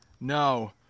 No